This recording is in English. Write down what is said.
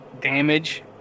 damage